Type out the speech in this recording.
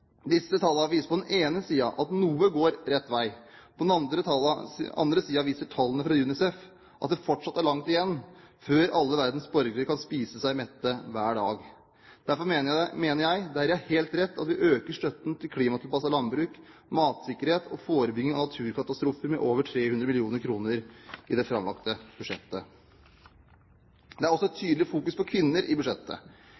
Disse tallene viser på den ene siden at noe går rett vei. På den andre siden viser tallene fra UNICEF at det fortsatt er langt igjen før alle verdens borgere kan spise seg mette hver dag. Derfor mener jeg det er helt rett at vi øker støtten til klimatilpasset landbruk, matsikkerhet og forebygging av naturkatastrofer med over 300 mill. kr i det framlagte budsjettet. Det er også et